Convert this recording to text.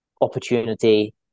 opportunity